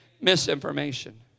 misinformation